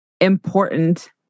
important